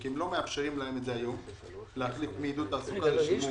כי לא מאפשרים להם היום להחליף מעידוד תעסוקה לשימור עובדים.